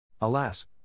Alas